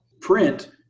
Print